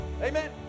amen